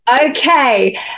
Okay